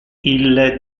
ille